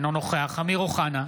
אינו נוכח אמיר אוחנה,